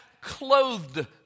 clothed